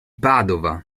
padova